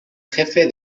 jefe